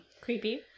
Creepy